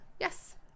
yes